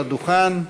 לדוכן.